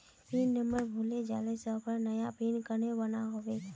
Pin number भूले जाले से ऑफर नया पिन कन्हे बनो होबे?